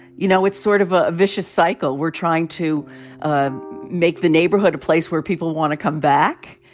you know, it's sort of a vicious cycle. we're trying to um make the neighborhood a place where people want to come back.